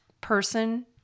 person